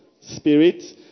Spirit